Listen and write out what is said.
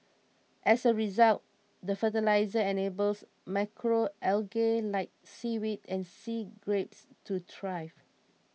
as a result the fertiliser enables macro algae like seaweed and sea grapes to thrive